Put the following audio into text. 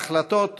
החלטות